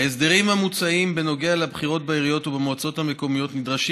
ההסדרים המוצעים בנוגע לבחירות בעיריות ובמועצות המקומיות נדרשים